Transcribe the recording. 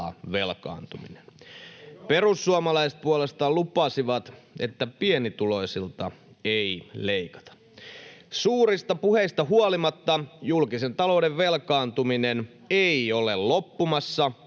julkisen talouden velkaantuminen ei ole loppumassa